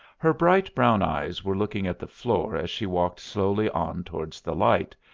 her bright brown eyes were looking at the floor as she walked slowly on towards the light,